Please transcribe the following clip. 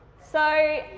so,